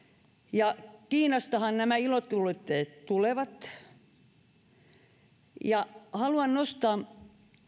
ja kiinastahan nämä ilotulitteet tulevat haluan nostaa